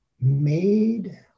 Made